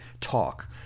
talk